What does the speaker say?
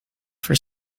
for